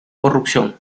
corrupción